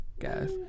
Guys